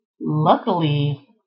luckily